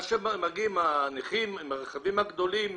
והנכים שמגיעים עם הרכבים הגדולים,